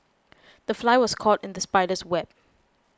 the fly was caught in the spider's web